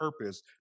purpose